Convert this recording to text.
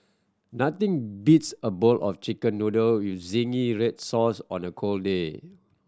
nothing beats a bowl of Chicken Noodle with zingy red sauce on a cold day